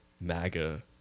MAGA